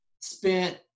spent